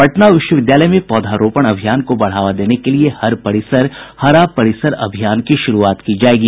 पटना विश्वविद्यालय में पौधारोपण अभियान को बढ़ावा देने के लिए हर परिसर हरा परिसर अभियान की शुरूआत की जायेगी